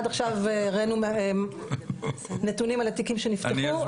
עד עכשיו הראינו נתונים על התיקים שנפתחו,